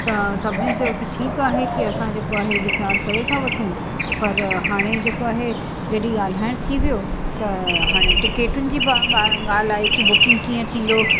त सभिनीनि चयो कि ठीकु आहे कि असां जेको आहे वीचारु करे था वठूं पर हाणे जेको आहे जॾहिं ॻाल्हाइणु थी वियो त हाणे टिकेटुनि जी बि ॻाल्हि आहे कि बुकिंग कीअं थींदो